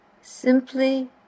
Simply